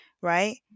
right